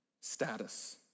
status